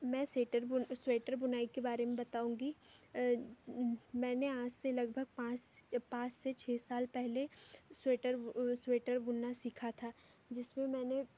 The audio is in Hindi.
मैं स्वेटर बुन स्वेटर बुनाई के बारे में बताऊँगी मैंने आज से लगभग पाँच स पाँच से छ साल पहले स्वेटर स्वेटर बुनना सीखा था जिसमें मैंने